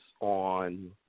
on